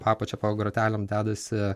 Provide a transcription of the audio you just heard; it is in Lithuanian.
po apačia po grotelėm dedasi